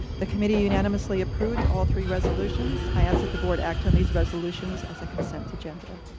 the committee unanimously approved all three resolutions, i ask that the board act on these resolutions as a consent agenda.